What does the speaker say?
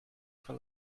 for